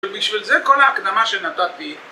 ובשביל זה כל ההקדמה שנתתי